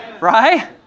Right